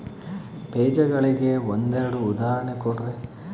ಬೇಜಗಳಿಗೆ ಒಂದೆರಡು ಉದಾಹರಣೆ ಕೊಡ್ರಿ?